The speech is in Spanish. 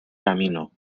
camino